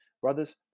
brothers